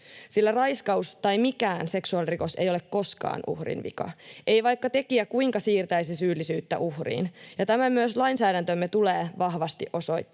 sillä raiskaus tai mikään seksuaalirikos ei ole koskaan uhrin vika — ei, vaikka tekijä kuinka siirtäisi syyllisyyttä uhriin — ja tämän myös lainsäädäntömme tulee vahvasti osoittaa.